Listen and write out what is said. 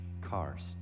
cars